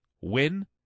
win